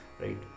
right